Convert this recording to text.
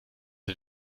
der